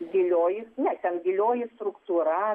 gilioji ne ten gilioji struktūra